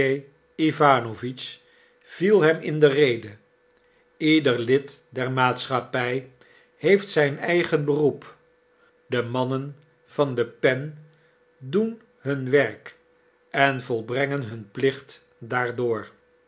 viel hem in de rede ieder lid der maatschappij heeft zijn eigen beroep de mannen van de pen doen hun werk en volbrengen hun plicht daardoor